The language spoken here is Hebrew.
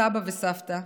סבא וסבתא,